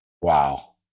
Wow